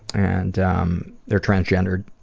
and um they're transgendered,